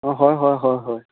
অঁ হয় হয় হয় হয়